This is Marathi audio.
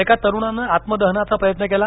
एका तरूणानं आत्मदहनाचा प्रयत्न केला